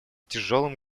тяжелым